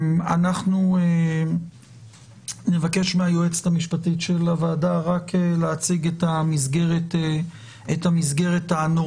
אנחנו נבקש מהיועצת המשפטית של הוועדה להציג את המסגרת הנורמטיבית